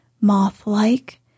moth-like